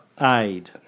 aid